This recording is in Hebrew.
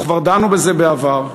וכבר דנו בזה בעבר,